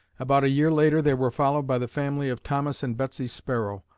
about a year later they were followed by the family of thomas and betsy sparrow,